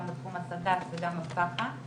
גם בתחום הסד"צ וגם הפח"ע.